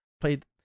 played